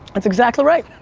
that's exactly right.